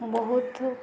ବହୁତ